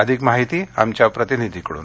अधिक माहिती आमच्या प्रतिनिधीकडून